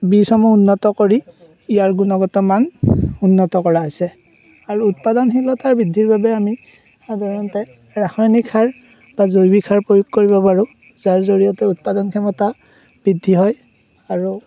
বীজসমূহ উন্নত কৰি ইয়াৰ গুণগত মান উন্নত কৰা হৈছে আৰু উৎপাদনশীলতাৰ বৃদ্ধিৰ বাবে আমি সাধাৰণতে ৰাসায়নিক সাৰ বা জৈৱিক সাৰ প্ৰয়োগ কৰিব পাৰোঁ যাৰ জৰিয়তে উৎপাদন ক্ষমতা বৃদ্ধি হয় আৰু